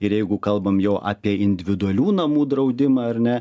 ir jeigu kalbam jau apie individualių namų draudimą ar ne